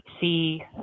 see